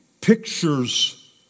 pictures